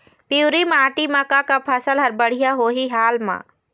पिवरी माटी म का का फसल हर बढ़िया होही हाल मा?